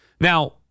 Now